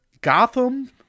Gotham